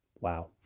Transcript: Wow